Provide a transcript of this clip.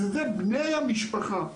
זה בני המשפחה.